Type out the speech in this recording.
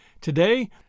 Today